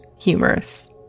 humorous